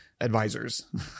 advisors